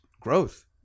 growth